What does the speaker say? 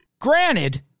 granted